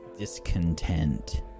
discontent